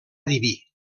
diví